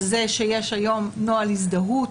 על זה שיש היום נוהל הזדהות,